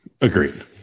Agreed